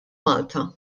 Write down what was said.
malta